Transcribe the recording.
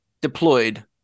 deployed